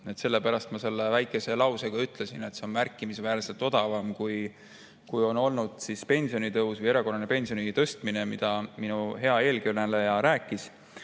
Sellepärast ma selle väikese lause ka ütlesin, et see on märkimisväärselt odavam kui pensionitõus või erakorraline pensioni tõstmine, millest minu hea eelkõneleja rääkis.